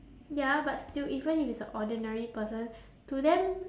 ya but still even if it's a ordinary person to them